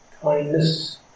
kindness